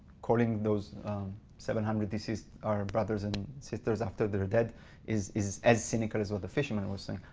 calling those seven hundred deceased our brothers and sisters after they're dead is is as cynical as what the fishermen was saying.